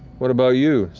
what about you?